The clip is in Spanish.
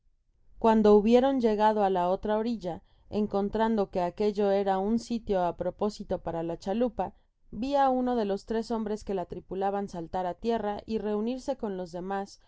cuando hubieron llegado á la otra orilla encontrando que aquello era un sitio á propósito para la chalupa vi á uno de los tres hombres que la tripulaban saltar á tierra y reunirse con los demás